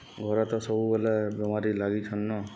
ଘରେ ତ ସବୁବେଲେ ବେମାରୀ ଲାଗିଛନ୍ ନ